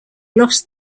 lost